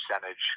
percentage